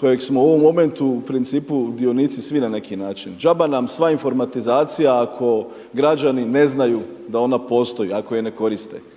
kojeg smo u ovom momentu u principu dionici svi na neki način. Džaba nam sva informatizacija ako građani ne znaju da ona postoji ako je ne koriste.